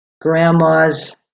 grandma's